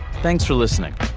thanks for listening.